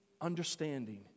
understanding